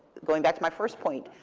going back to my first point,